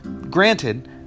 granted